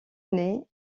année